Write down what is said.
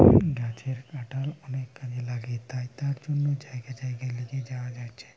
গাছের কাঠ অনেক কাজে লাগে তাই তার জন্যে জাগায় জাগায় লিয়ে যায়া হচ্ছে